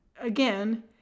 Again